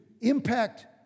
impact